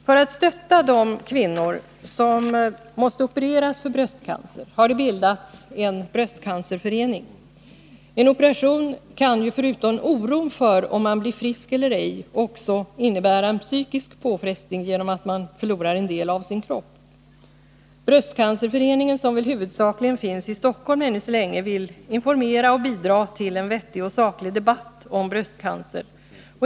För att stötta de kvinnor som måste opereras för bröstcancer har det bildats en bröstcancerförening. En operation kan ju förutom oron för att man kanske inte blir frisk också innebära en psykisk påfrestning genom att man förlorar en del av sin kropp. Bröstcancerföreningen, som väl huvudsakligen finns i Stockholm ännu så länge, vill informera och bidra till en vettig och saklig debatt om bröstcancer.